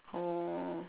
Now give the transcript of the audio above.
oh